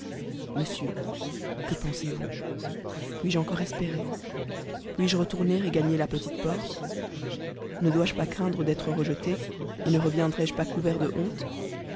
monsieur que pensez-vous puis-je encore espérer pnis je retoumer et gagner la petite porte ne dois jepas craindre d'être rejeté et ne reçiendrai je pas couvert de honle